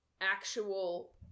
actual